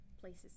places